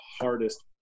hardest